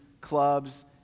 clubs